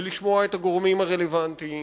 לשמוע את הגורמים הרלוונטיים